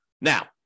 Now